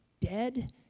dead